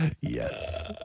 Yes